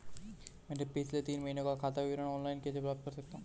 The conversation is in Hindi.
मैं पिछले तीन महीनों का खाता विवरण ऑनलाइन कैसे प्राप्त कर सकता हूं?